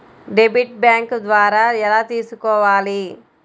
Debit bank ద్వారా ఎలా తీసుకోవాలి?